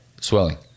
swelling